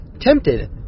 tempted